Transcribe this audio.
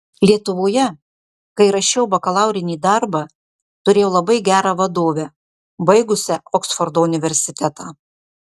lietuvoje kai rašiau bakalaurinį darbą turėjau labai gerą vadovę baigusią oksfordo universitetą